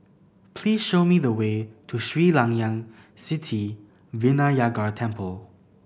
please show me the way to Sri Layan Sithi Vinayagar Temple